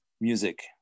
music